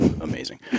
amazing